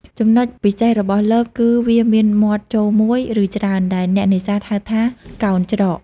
ចំណុចពិសេសរបស់លបគឺវាមានមាត់ចូលមួយ ឬច្រើន ដែលអ្នកនេសាទហៅថា កោណច្រក។